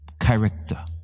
character